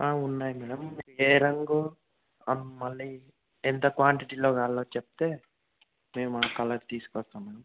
ఉన్నాయి మేడం ఏ రంగు మళ్ళీ ఎంత క్వాంటిటీలో కావాలో చెప్తే మేము ఆ కలర్ తీసుకొస్తాం మేడం